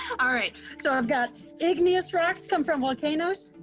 um all right, so i've got igneous rocks come from volcanoes,